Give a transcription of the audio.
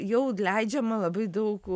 jau leidžiama labai daug